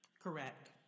Correct